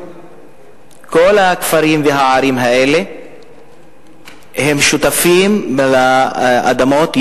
כל הכפרים והערים האלה הם שותפים לאדמות,